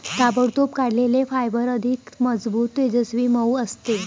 ताबडतोब काढलेले फायबर अधिक मजबूत, तेजस्वी, मऊ असते